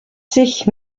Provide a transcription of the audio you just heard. sich